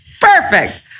Perfect